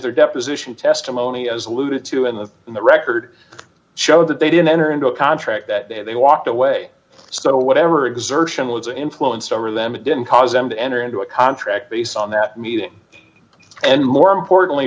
there deposition testimony as alluded to in the in the record show that they didn't enter into a contract that they walked away so whatever exertion was influence over them it didn't cause them to enter into a contract based on that meeting and more importantly